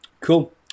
Cool